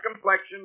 complexion